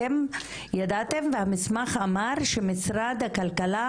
אתם ידעתם והמסמך אמר שמשרד הכלכלה,